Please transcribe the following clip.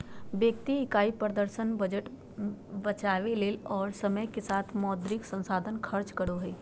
व्यक्ति इकाई प्रदर्शन बजट बचावय ले और समय के साथ मौद्रिक संसाधन खर्च करो हइ